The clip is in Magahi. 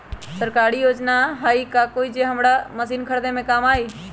सरकारी योजना हई का कोइ जे से हमरा मशीन खरीदे में काम आई?